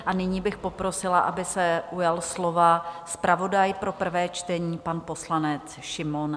A nyní bych poprosila, aby se ujal slova zpravodaj pro prvé čtení, pan poslanec Šimon Heller.